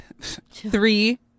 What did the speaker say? three